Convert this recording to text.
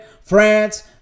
France